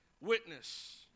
Witness